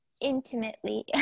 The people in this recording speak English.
Intimately